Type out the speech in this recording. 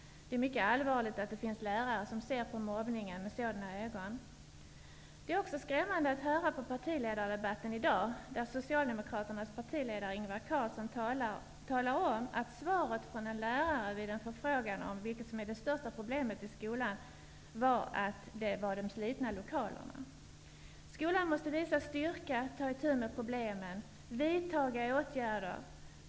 Det är mycket allvarligt att det finns lärare som ser på mobbningen med sådana ögon. Det var också skrämmande att höra på partiledardebatten i dag, där Socialdemokraternas partiledare Ingvar Carlsson redovisade att en lärare på frågan om vilket problem som är det största i skolan hade svarat: Det är de slitna lokalerna. Skolan måste visa styrka, ta itu med problemen, vidtaga åtgärder.